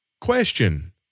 Question